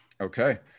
Okay